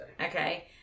Okay